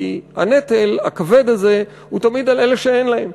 כי הנטל הכבד הזה הוא תמיד על אלה שאין להם.